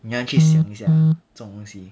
你要去想一下这种东西